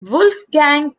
wolfgang